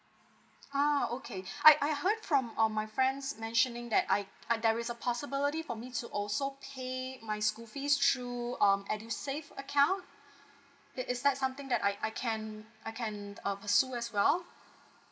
ah okay I I heard from um my friends mentioning that I there is a possibility for me to also pay my school fees through um edusave account is is that something that I can I can pursue as well